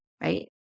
right